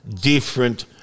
different